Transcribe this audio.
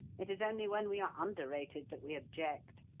it is only when we are underrated that we object.